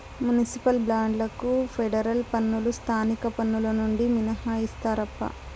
municipal బాండ్లకు federal పన్నులు స్థానిక పన్నులు నుండి మినహాయిస్తారప్పా